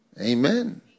Amen